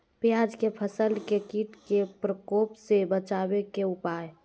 प्याज के फसल के कीट के प्रकोप से बचावे के उपाय?